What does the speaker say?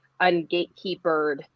ungatekeepered